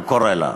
הוא קורא לה: